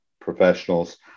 professionals